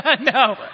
no